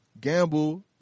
gamble